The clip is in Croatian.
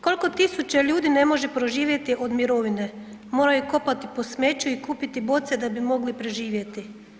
Koliko tisuća ljudi ne može preživjeti od mirovine, moraju kopati po smeću i kupiti boce da bi mogli preživjeti.